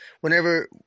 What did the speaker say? whenever –